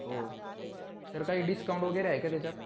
हो सर काही डिस्काउंट वगैरे आहे का त्याच्यात